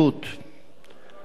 השר אביגדור ליברמן,